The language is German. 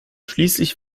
schließlich